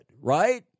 right